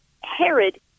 Herod